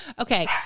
Okay